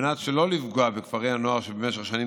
על מנת שלא לפגוע בכפרי הנוער שבמשך שנים